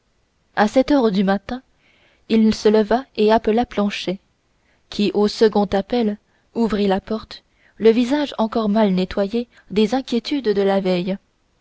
à sept heures du matin il se leva et appela planchet qui au second appel ouvrit la porte le visage encore mal nettoyé des inquiétudes de la veille